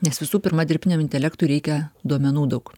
nes visų pirma dirbtiniam intelektui reikia duomenų daug